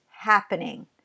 happening